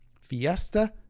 Fiesta